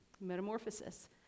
Metamorphosis